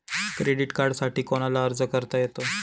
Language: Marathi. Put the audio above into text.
क्रेडिट कार्डसाठी कोणाला अर्ज करता येतो?